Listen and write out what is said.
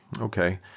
okay